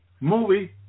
movie